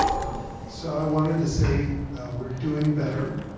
comment. so i wanted to say we're doing better.